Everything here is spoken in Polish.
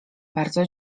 bardzo